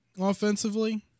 offensively